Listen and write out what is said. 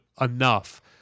enough